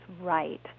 right